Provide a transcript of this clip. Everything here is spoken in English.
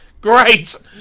Great